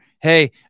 Hey